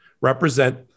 represent